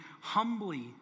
humbly